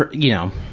you know.